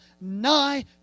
nigh